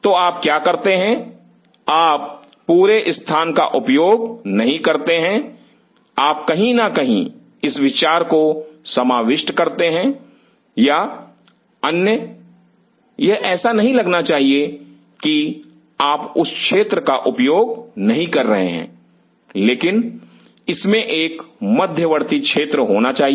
तो आप क्या करते हैं आप पूरे स्थान का उपयोग नहीं करते हैं आप कहीं ना कहीं इस विचार को समाविष्ट करते हैं या अन्य यह ऐसा नहीं लगना चाहिए कि आप उस क्षेत्र का उपयोग नहीं कर रहे हैं लेकिन इसमें एक मध्यवर्ती क्षेत्र होना चाहिए